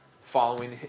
following